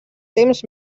temps